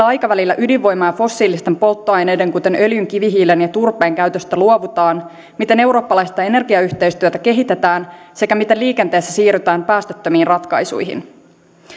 aikavälillä ydinvoiman ja fossiilisten polttoaineiden kuten öljyn kivihiilen ja turpeen käytöstä luovutaan miten eurooppalaista energiayhteistyötä kehitetään sekä miten liikenteessä siirrytään päästöttömiin ratkaisuihin